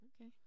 Okay